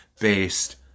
based